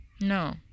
no